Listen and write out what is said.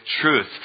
truth